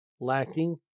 lacking